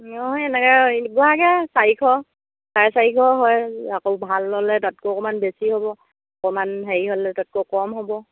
নহয় এনেকৈ চাৰিশ চাৰে চাৰিশ হয় আকৌ ভাল ল'লে তাতকৈ অকণমান বেছি হ'ব অকণমান হেৰি হ'লে তাতকৈ কম হ'ব